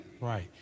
Right